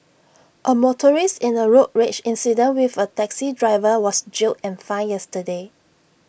A motorist in A road rage incident with A taxi driver was jailed and fined yesterday